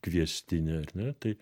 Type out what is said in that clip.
kviestinė ar ne tai